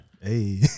Hey